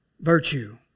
virtue